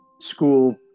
school